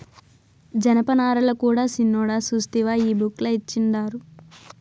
జనపనారల కూడా సిన్నోడా సూస్తివా ఈ బుక్ ల ఇచ్చిండారు